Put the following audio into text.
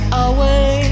away